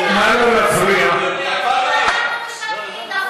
מספיק עם השקר,